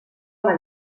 home